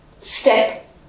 step